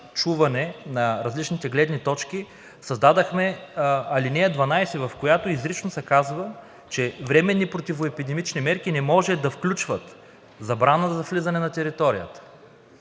на различните гледни точки създадохме ал. 12, в която изрично се казва, че: „временни противоепидемични мерки не може да включват: забрана за влизане на територията,